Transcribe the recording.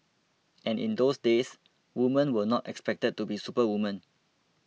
and in those days women were not expected to be superwomen